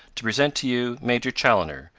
to present to you major chaloner,